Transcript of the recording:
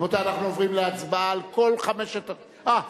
רבותי, אנחנו עוברים להצבעות על כל חמש, סליחה,